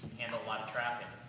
handle a lot of traffic.